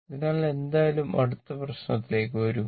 അതിനാൽ എന്തായാലും അടുത്ത പ്രശ്നത്തിലേക്ക് വരൂ